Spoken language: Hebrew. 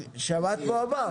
שמעת מה הוא אמר?